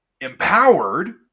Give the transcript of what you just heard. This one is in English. empowered